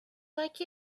like